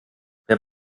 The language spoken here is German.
wer